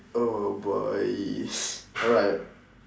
oh boy alright